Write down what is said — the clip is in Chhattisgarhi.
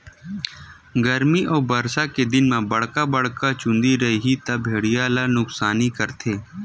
गरमी अउ बरसा के दिन म बड़का बड़का चूंदी रइही त भेड़िया ल नुकसानी करथे